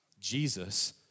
Jesus